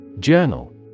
Journal